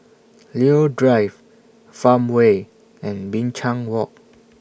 Leo Drive Farmway and Binchang Walk